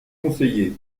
conseillers